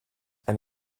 and